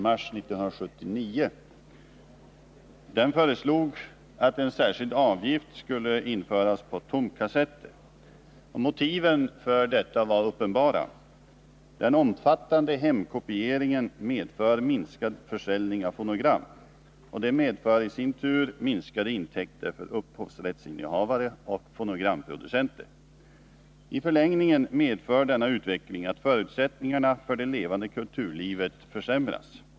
Motiven för detta var uppenbara. Den omfattande hemkopieringen medför minskad försäljning av fonogram. Det medför i sin tur minskade intäkter för upphovsrättsinnehavare och fonogramproducenter. I förlängningen medför denna utveckling att förutsättningarna för det levande kulturlivet försämras.